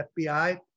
FBI